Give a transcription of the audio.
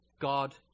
God